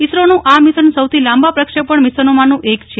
ઈસરોનું આ મીશન સૌથી લાંબા પ્રક્ષેપણ મિશનોમાંનું એક છે